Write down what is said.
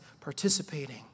participating